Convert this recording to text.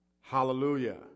Hallelujah